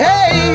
Hey